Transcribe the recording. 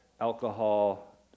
alcohol